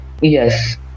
yes